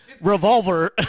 revolver